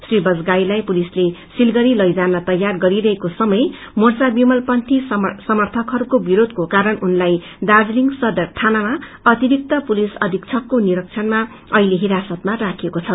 श्री बजगाईलाई पुलिसले सिलगड़ी लैजान तैयार गरिरहेको समय मोर्चा विमल पंथी सर्मथकहरूको विरोधको कारण उनलाई दार्जीलिङ सदर थानामा अतिरिक्त पुलिस अधीक्षकको निरंक्षणमा अहिले हिरासतमा राखिएको छ